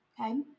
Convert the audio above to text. Okay